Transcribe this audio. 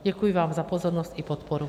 Děkuji vám za pozornost i podporu.